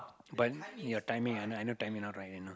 burn your timing I no no timing now right now